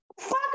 Fuck